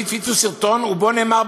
הפיצו סרטון שבו נאמר,